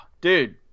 Dude